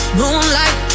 moonlight